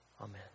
Amen